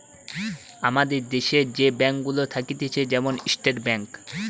আমাদের দ্যাশে যে ব্যাঙ্ক গুলা থাকতিছে যেমন স্টেট ব্যাঙ্ক